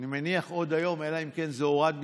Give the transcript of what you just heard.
אני מניח עוד היום, אלא אם כן זה הורד מסדר-היום,